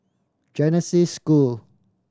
Genesis School